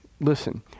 Listen